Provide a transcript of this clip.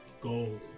gold